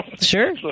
Sure